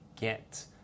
get